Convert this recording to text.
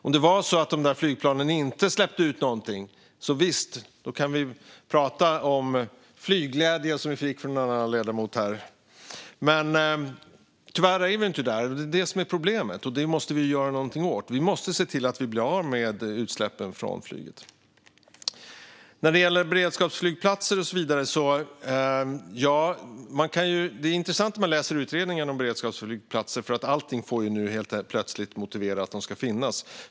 Om det vore så att de där flygplanen inte släppte ut någonting skulle vi kunna prata om flygglädje, som vi hörde från en ledamot här. Men tyvärr är vi inte där, och det är det som är problemet. Det måste vi göra någonting åt. Vi måste se till att bli av med utsläppen från flyget. När det gäller beredskapsflygplatser och så vidare är det intressant att läsa utredningen. Allting motiverar ju nu helt plötsligt att de ska finnas.